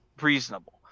reasonable